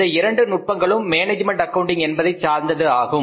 இந்த இரண்டு நுட்பங்களும் மேனேஜ்மென்ட் அக்கவுண்டிங் என்பதைச் சார்ந்தது ஆகும்